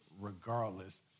regardless